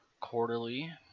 quarterly